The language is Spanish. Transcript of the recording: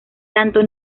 tanto